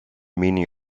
meaning